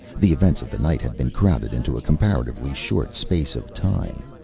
the events of the night had been crowded into a comparatively short space of time.